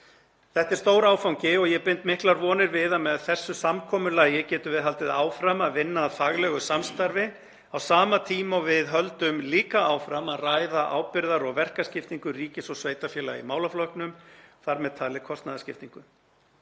Þetta er stór áfangi og bind ég miklar vonir við að með þessu samkomulagi getum við haldið áfram að vinna að faglegu samstarfi á sama tíma og við höldum líka áfram að ræða ábyrgðar- og verkaskiptingu ríkis og sveitarfélaga í málaflokknum, þ.m.t. kostnaðarskiptingu.